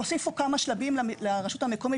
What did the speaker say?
תיקון מס' 36.) המפרט הרשותי הוסיפו כמה שלבים לרשות המקומית